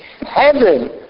heaven